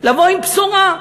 לבוא עם בשורה.